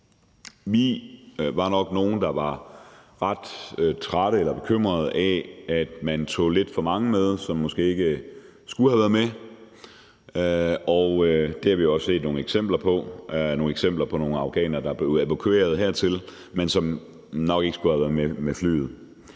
Vi var nok nogle, der var ret trætte af eller bekymret over, at man tog lidt for mange med, som måske ikke skulle have været med. Vi har også set nogle eksempler på nogle afghanere, der blev evakueret hertil, men som nok ikke skulle have været med flyet.